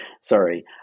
Sorry